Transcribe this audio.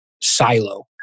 silo